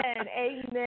Amen